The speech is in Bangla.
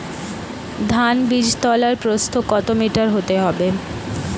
ধান বীজতলার প্রস্থ কত মিটার হতে হবে?